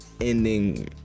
ending